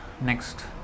Next